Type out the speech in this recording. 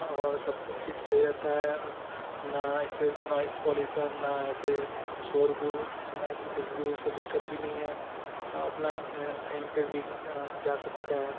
और सबकी सिक्स हो जाते हैं न ऐसे नॉइज पॉल्यूशन न ऐसे शोरगुल न उससे कुछ भी ऐसे दिक्कत नहीं है अपना कहीं पर भी जा सकते हैं